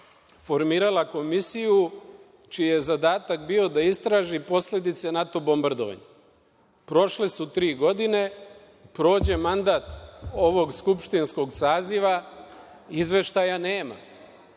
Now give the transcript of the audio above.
formirala Komisiju čiji je zadatak bio da istraži posledice NATO bombardovanja. Prošle su tri godine, prođe mandat ovog skupštinskog saziva, izveštaja nema.